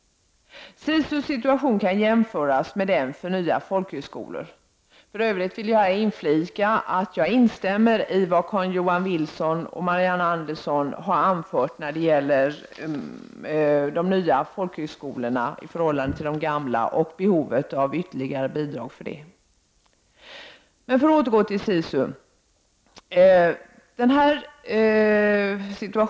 SISU:s situation kan jämföras med den för nya folkhögskolor. För övrigt vill jag inflika att jag instämmer i vad Carl-Johan Wilson och Marianne Andersson anfört om de nya folkhögskolorna och om behovet av ytterligare bidrag till dessa.